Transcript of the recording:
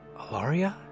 Alaria